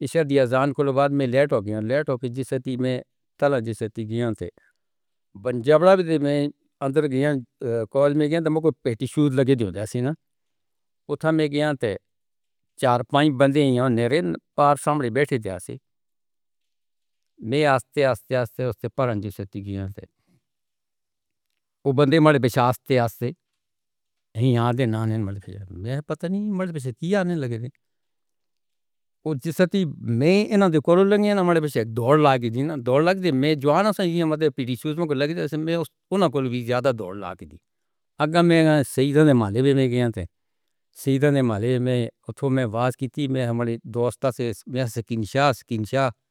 اِس شادی اجاں کو بعد میں لیٹ ہو گیا لیٹ ہو کے جیس میں۔ اوہ جسٹی میں نہ دوڑ لاکے جی نہ دوڑ لگ دی میں جوانو، سائی کی مطلب میں زیادہ دوڑ لاکے دی۔ سعید نے مالے میں میں بات کی تھی، میں ہماری دوستا سے۔